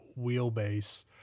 wheelbase